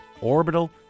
Orbital